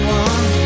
one